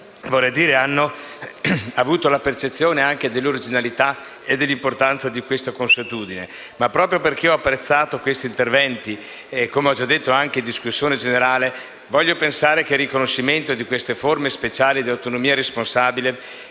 e rispetto. Hanno avuto percezione dell'originalità e anche dell'importanza di questa consuetudine, ma proprio perché ho apprezzato questi interventi - come ho già detto in discussione generale - voglio pensare che il riconoscimento di queste forme speciali di «autonomia responsabile»